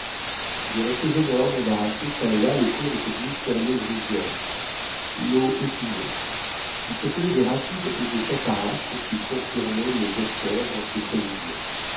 des rochers énormes embarrassaient çà et là le cours de cette mystérieuse rivière l'eau écumait il se faisait des rapides et des cataractes qui confirmaient le docteur dans ses prévisions